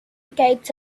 gates